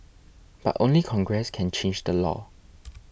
but only Congress can change the law